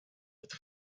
with